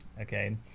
okay